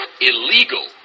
illegal